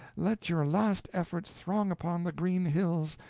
let your last efforts throng upon the green hills,